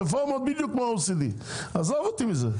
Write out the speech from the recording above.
הרפורמות בדיוק כמו ה-OECD עזוב אותי מזה,